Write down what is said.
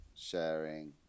sharing